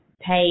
pay